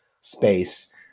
space